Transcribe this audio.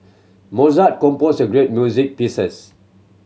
Mozart composed a great music pieces